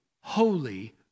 holy